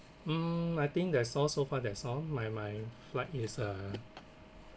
mm I think that's all so far that's all my my flight is uh